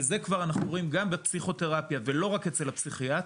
וזה כבר אנחנו רואים גם בפסיכותרפיה ולא רק אצל הפסיכיאטרים,